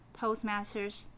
Toastmasters